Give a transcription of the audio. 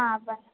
हां बरं